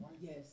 Yes